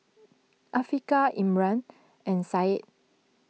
Afiqah Imran and Syed